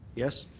yes.